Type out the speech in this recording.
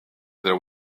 there